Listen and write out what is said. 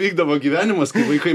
vykdavo gyvenimas kai vaikai